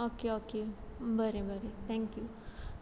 okay okay बरें बरें thank you